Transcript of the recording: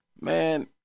Man